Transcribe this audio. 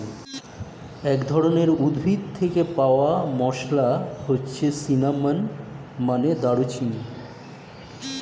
এক ধরনের উদ্ভিদ থেকে পাওয়া মসলা হচ্ছে সিনামন, মানে দারুচিনি